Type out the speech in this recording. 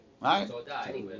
Right